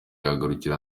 ihagarikwa